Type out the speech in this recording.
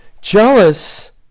jealous